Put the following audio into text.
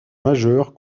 majeur